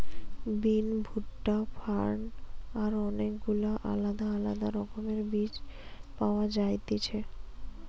বিন, ভুট্টা, ফার্ন আর অনেক গুলা আলদা আলদা রকমের বীজ পাওয়া যায়তিছে